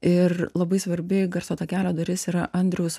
ir labai svarbi garso takelio dalis yra andriaus